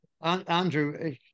Andrew